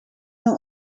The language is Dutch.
mail